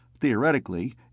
Theoretically